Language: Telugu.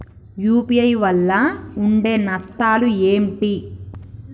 యూ.పీ.ఐ వల్ల ఉండే నష్టాలు ఏంటి??